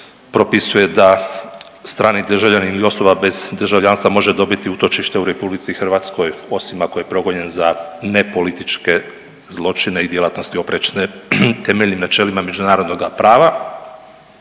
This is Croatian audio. propisuje da strani državljanin ili osoba bez državljanstva može dobiti utočište u RH osim ako je progonjen za nepolitičke zločine i djelatnosti oprečne temeljnim načelima međunarodnoga prava.